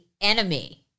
enemy